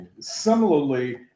Similarly